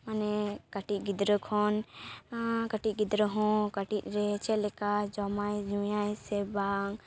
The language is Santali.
ᱢᱟᱱᱮ ᱠᱟᱹᱴᱤᱡ ᱜᱤᱫᱽᱨᱟᱹ ᱠᱷᱚᱱ ᱠᱟᱹᱴᱤᱡ ᱜᱤᱫᱽᱨᱟ ᱦᱚᱸ ᱠᱟᱹᱴᱤᱡ ᱨᱮ ᱪᱮᱫ ᱞᱮᱠᱟ ᱡᱚᱢᱟᱭ ᱧᱩᱭᱟᱭ ᱥᱮ ᱵᱟᱝ